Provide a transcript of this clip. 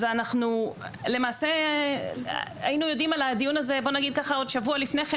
אז למעשה אם היינו יודעים על הדיון הזה בוא נגיד שבוע לפני כן,